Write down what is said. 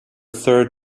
third